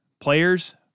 players